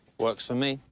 works for me.